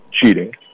cheating